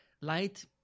Light